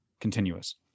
continuous